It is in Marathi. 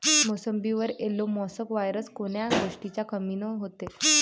मोसंबीवर येलो मोसॅक वायरस कोन्या गोष्टीच्या कमीनं होते?